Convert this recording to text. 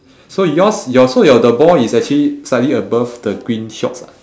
so yours your so your the ball is actually slightly above the green shorts ah